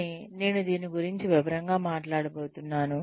కానీ నేను దీని గురించి వివరంగా మాట్లాడబోతున్నాను